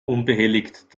unbehelligt